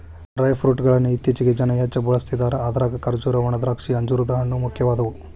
dry fruit ಗಳ್ಳನ್ನ ಇತ್ತೇಚಿಗೆ ಜನ ಹೆಚ್ಚ ಬಳಸ್ತಿದಾರ ಅದ್ರಾಗ ಖರ್ಜೂರ, ಒಣದ್ರಾಕ್ಷಿ, ಅಂಜೂರದ ಹಣ್ಣು, ಮುಖ್ಯವಾದವು